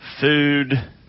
food